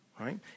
right